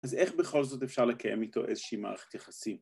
‫אז איך בכל זאת אפשר לקיים איתו ‫איזושהי מערכת יחסים?